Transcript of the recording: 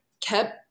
kept